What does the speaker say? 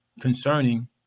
concerning